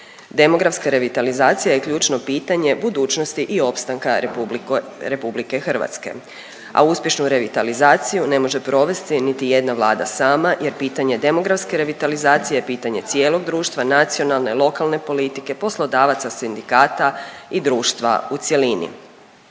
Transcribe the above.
Demografska revitalizacija je ključno pitanje budućnosti i opstanka Republike Hrvatske, a uspješnu revitalizaciju ne može provesti niti jedna Vlada sama, jer pitanje demografske revitalizacije je pitanje cijelog društva, nacionalne, lokalne poslodavaca, sindikata i društva u cjelini.